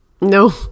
No